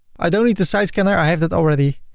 i don't need the site scanner i have that already.